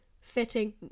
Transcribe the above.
fitting